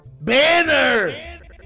Banner